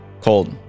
Cold